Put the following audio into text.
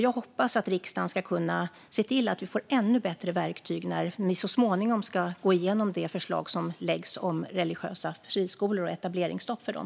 Jag hoppas att riksdagen ska kunna se till att vi får ännu bättre verktyg när vi så småningom ska gå igenom det förslag som läggs fram om religiösa friskolor och etableringsstopp för dem.